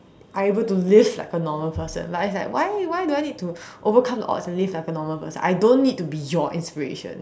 are able to live like a normal person like it's like why why do I need to overcome the odds and live like a normal person I don't need to be your inspiration